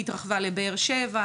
היא התרחבה לבאר שבע,